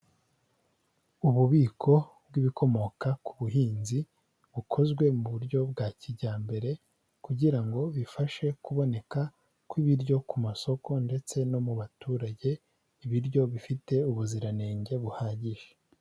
Ububiko bw'ibikomoka ku buhinzi bukozwe mu buryo bwa kijyambere kugira ngo bifashe kuboneka kw'ibiryo ku masoko ndetse no mu baturage, ibiryo bifite ubuziranenge buhagije.